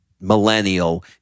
millennial